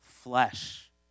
flesh